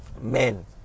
Men